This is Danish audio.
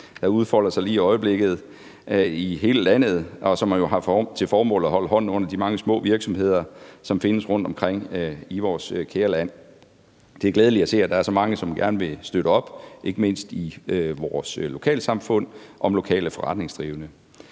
der udfolder sig lige i øjeblikket i hele landet, og som jo har til formål at holde hånden under de mange små virksomheder, som findes rundtomkring i vores kære land. Det er glædeligt at se, at der er så mange, som gerne vil støtte op, ikke mindst i vores lokalsamfund, om lokale forretningsdrivende.